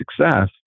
success